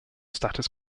status